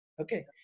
okay